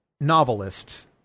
novelists